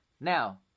Now